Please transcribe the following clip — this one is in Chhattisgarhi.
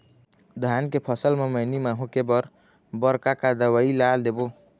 धान के फसल म मैनी माहो के बर बर का का दवई ला देबो?